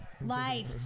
Life